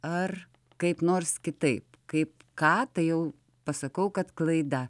ar kaip nors kitaip kaip ką tai jau pasakau kad klaida